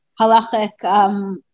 halachic